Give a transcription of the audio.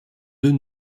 deux